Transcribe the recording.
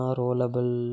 rollable